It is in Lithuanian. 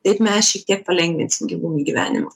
taip mes šiek tiek palengvinsim gyvūnui gyvenimą